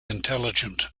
intelligent